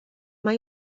más